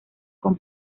con